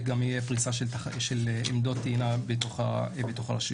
גם יהיה פריסה של עמדות טעינה בתוך הרשויות.